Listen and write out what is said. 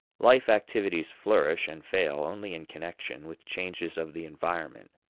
life activities flourish and fail only in connection with changes of the environment.